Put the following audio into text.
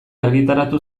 argitaratu